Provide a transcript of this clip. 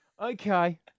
Okay